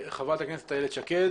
חברת הכנסת איילת שקד